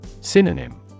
Synonym